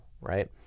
right